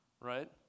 right